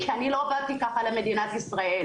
כי אני לא באתי ככה למדינת ישראל.